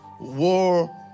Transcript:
War